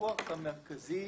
הוויכוח המרכזי